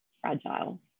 fragile